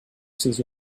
ces